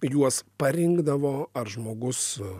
juos parinkdavo ar žmogus